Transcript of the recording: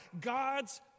God's